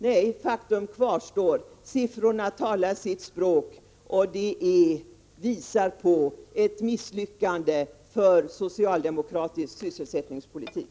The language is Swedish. Nej, faktum kvarstår. Siffrorna talar sitt språk och visar på ett misslyckande för socialdemokratisk sysselsättningspolitik.